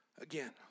again